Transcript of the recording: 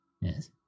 Yes